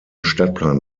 stadtplan